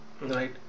right